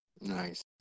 Nice